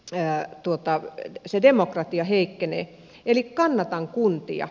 sää tuottaa se demokratia heikkenee eli kannatan kuntia